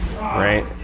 Right